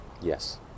yes